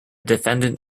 defendant